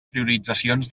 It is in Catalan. prioritzacions